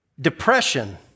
Depression